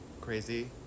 Crazy